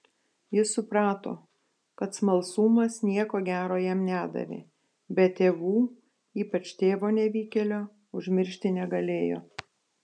jis suprato kad smalsumas nieko gero jam nedavė bet tėvų ypač tėvo nevykėlio užmiršti negalėjo